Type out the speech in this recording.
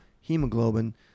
hemoglobin